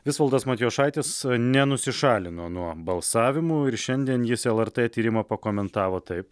visvaldas matijošaitis nenusišalino nuo balsavimų ir šiandien jis lrt tyrimą pakomentavo taip